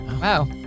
Wow